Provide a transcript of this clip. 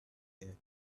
their